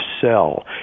sell